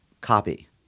copy